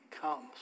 comes